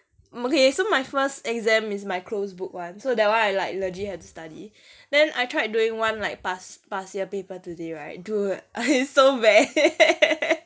okay so my first exam is my closed book one so that one I like legit had to study then I tried doing one like past past year paper today right dude I it's so bad